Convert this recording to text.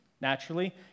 Naturally